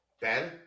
Ben